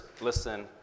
listen